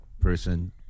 person